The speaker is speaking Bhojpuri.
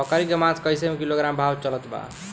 बकरी के मांस कईसे किलोग्राम भाव चलत बा?